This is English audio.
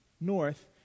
north